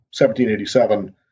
1787